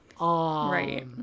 right